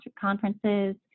conferences